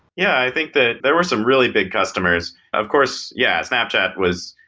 yeah, i think that there were some really big customers. of course, yeah, snapchat was,